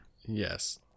Yes